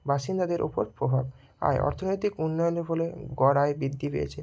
বাসিন্দাদের ওপর প্রভাব আয় অর্থনৈতিক উন্নয়নের ফলে গড় আয় বৃদ্ধি পেয়েছে